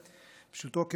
פשוטו כמשמעו.